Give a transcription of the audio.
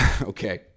okay